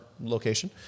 location